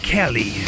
Kelly